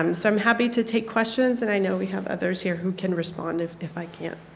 um so i'm happy to take questions and i know we have others here who can respond if if i can't.